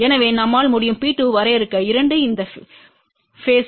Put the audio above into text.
எனவே நம்மால் முடியும் P2 வரையறுக்க2இந்த பேஸ்த்தில் இருக்கும்P2V022Z¿1